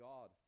God